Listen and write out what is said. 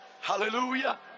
Hallelujah